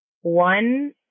one